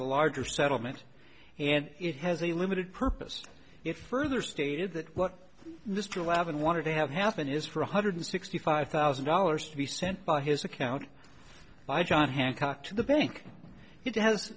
the larger settlement and it has a limited purpose it further stated that what mr levin wanted to have happen is for one hundred sixty five thousand dollars to be sent by his account by john hancock to the bank it has